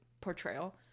portrayal